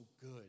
good